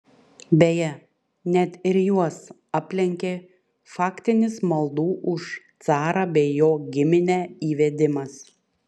beje net ir juos aplenkė faktinis maldų už carą bei jo giminę įvedimas